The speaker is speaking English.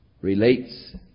relates